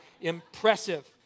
impressive